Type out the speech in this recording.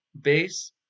base